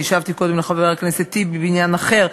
אני השבתי קודם לחבר הכנסת טיבי בעניין אחר,